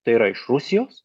tai yra iš rusijos